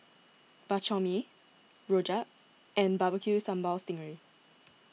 Bak Chor Mee Rojak and Barbecue Sambal Sting Ray